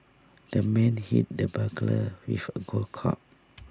the man hit the burglar with A golf club